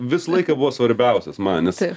visą laiką buvo svarbiausias man jis